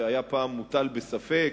שפעם היה מוטל בספק,